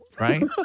right